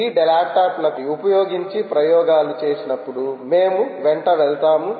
ఈ ల్యాప్టాప్లను ఉపయోగించి ప్రయోగాలు చేసినప్పుడు మేము వెంట వెళ్తాము